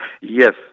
Yes